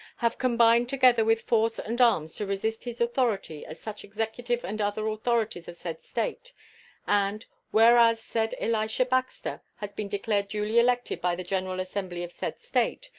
have combined together with force and arms to resist his authority as such executive and other authorities of said state and whereas said elisha baxter has been declared duly elected by the general assembly of said state,